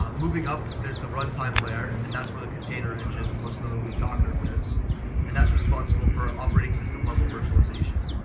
um moving up, there's the runtime layer, and that's where the container engine, most notably, docker, lives and that's responsible for operating system level virtualization.